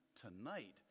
tonight